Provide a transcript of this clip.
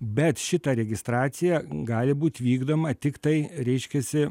bet šita registracija gali būt vykdoma tiktai reiškiasi